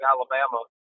Alabama